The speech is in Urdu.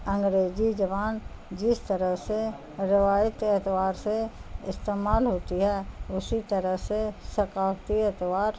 انگریجی جوبان جس طرح سے روایتی اعتبار سے استعمال ہوتی ہے اسی طرح سے ثقافتی اعتبار